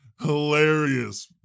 Hilarious